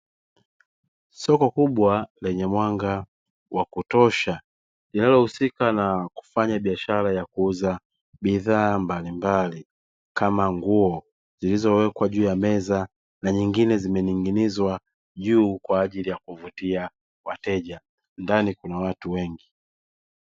Soko kubwa lenye mwanga wa kutosha linalohusika na kufanya biashara ya kuuza bidhaa mbalimbali kama nguo, zilizowekwa juu ya meza na nyingine zimeningizwa juu kwa ajili ya kuvutia wateja; ndani kuna watu wengi.